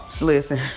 listen